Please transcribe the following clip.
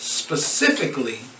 specifically